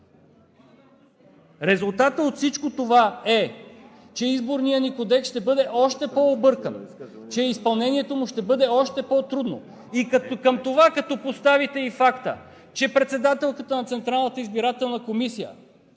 Резултатът от всичко това е, че Изборният ни кодекс ще бъде още по-объркан, че изпълнението му ще бъде още по-трудно. И към това като прибавите и факта, че председателката на Централната избирателна комисия,